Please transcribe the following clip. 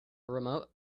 remote